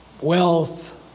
wealth